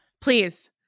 please